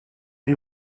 die